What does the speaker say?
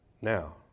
Now